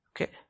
Okay